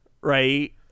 Right